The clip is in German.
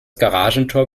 garagentor